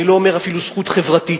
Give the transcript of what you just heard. אני לא אומר אפילו זכות חברתית,